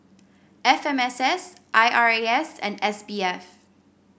F M S S I R A S and S B F